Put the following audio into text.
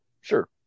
sure